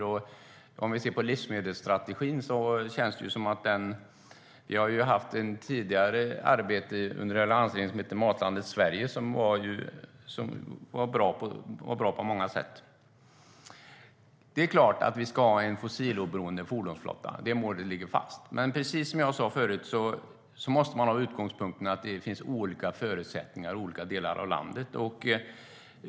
Om vi ser på livsmedelsstrategin har vi tidigare haft ett arbete som hette Matlandet Sverige som var bra på många sätt. Det är klart att vi ska ha en fossiloberoende fordonsflotta. Det målet ligger fast. Men precis som jag sa förut måste man ha utgångspunkten att det finns olika förutsättningar i olika delar av landet.